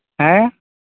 ᱦᱮᱸ